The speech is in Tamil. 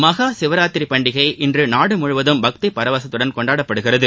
மஹா சிவராத்திரி பண்டிகை இன்று நாடு முழுவதும் பக்தி பரவசத்துடன் கொண்டாடப்படுகிறது